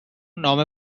نام